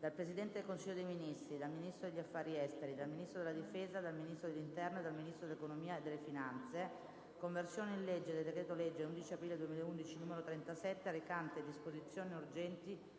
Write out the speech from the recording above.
*dal Presidente del Consiglio dei ministri, dal Ministro degli affari esteri, dal Ministro della difesa, dal Ministro dell'interno e dal Ministro dell'economia e delle finanze:* «Conversione in legge del decreto-legge 11 aprile 2011, n. 37, recante disposizioni urgenti